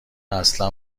اصلا